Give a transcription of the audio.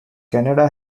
canada